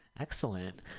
Excellent